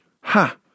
Ha